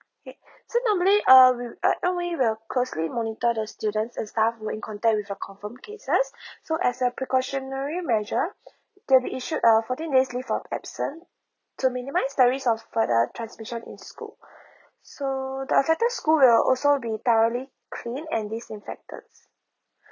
K so normally uh we'll uh M_O_E will closely monitor the student and staff who were in contact with your confirmed cases as a precautionary measure they'll insured uh fourteen days leave for absent to minimize the risk of further transmission in school so the affected school will also be thoroughly cleaned and disinfected